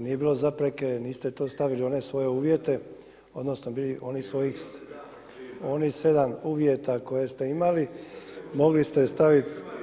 nije bilo zapreke, niste to stavili u one svoje uvjete odnosno onih sedam uvjeta koje ste imali, mogli ste staviti.